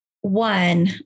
one